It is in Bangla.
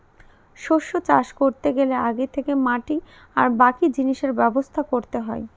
শস্য চাষ করতে গেলে আগে থেকে মাটি আর বাকি জিনিসের ব্যবস্থা করতে হয়